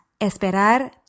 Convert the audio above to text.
esperar